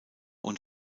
und